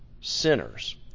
sinners